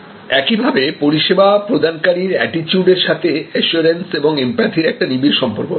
একইভাবে পরিষেবা প্রদানকারীর অ্যাটিটিউড এর সাথে অ্যাসিওরেন্স এবং এমপ্যাথি এর একটা নিবিড় সম্পর্ক আছে